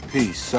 Peace